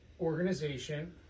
organization